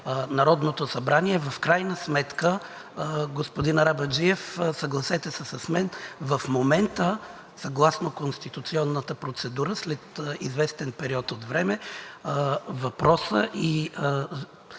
Народното събрание. В крайна сметка, господин Арабаджиев, съгласете се с мен, в момента, съгласно конституционната процедура, след известен период от време въпросът и